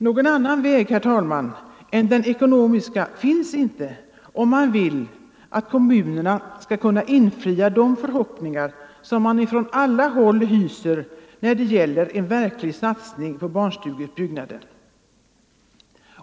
Någon annan väg än den ekonomiska finns inte om man vill att kommunerna skall kunna infria de förhoppningar som man på alla håll hyser när det gäller en verklig satsning på barnstugeutbyggnaden.